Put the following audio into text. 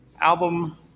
album